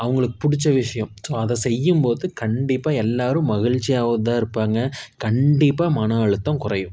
அவங்களுக்கு பிடிச்ச விஷயம் ஸோ அதை செய்யும்போது கண்டிப்பாக எல்லாரும் மகிழ்ச்சியாகவும் தான் இருப்பாங்க கண்டிப்பாக மனஅழுத்தம் குறையும்